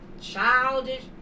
childish